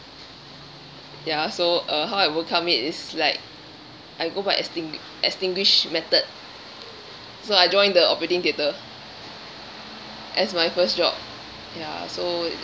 ya so uh how I overcome is like I go by extingu~ extinguish method so I joined the operating theatre as my first job ya so